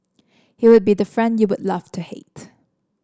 he would be the friend you would love to hate